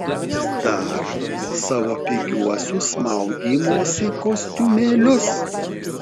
dar savo pigiuosius maudymosi kostiumėlius